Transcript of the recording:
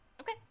Okay